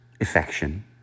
affection